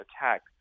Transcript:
attack